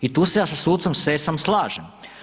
I tu se ja sa sucem Sesom slažem.